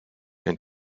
and